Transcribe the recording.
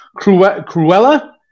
Cruella